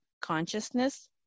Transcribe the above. consciousness